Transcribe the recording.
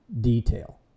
detail